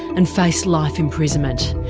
and face life imprisonment.